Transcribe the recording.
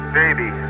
baby